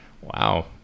wow